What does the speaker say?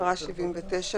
הצבעה לא נתקבלה.